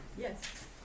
Yes